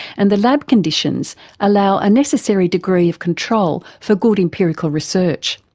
and the lab conditions allow a necessary degree of control for good empirical research.